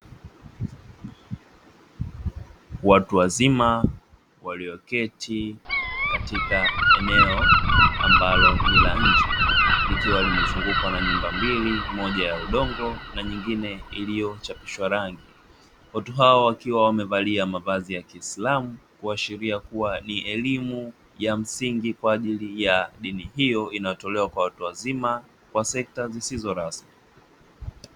Watu wazima walioketi katika eneo ambalo ni la nje likiwa limezungukwa na nyumba mbili; moja ya udongo na nyingine iliyochapishwa rangi. Watu hao wakiwa wamevalia mavazi ya kiislamu kuashiria kuwa ni elimu ya msingi kwa ajili ya dini hiyo, inayotolewa kwa watu wazima kwa sekta zisizo rasmi.